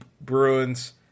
Bruins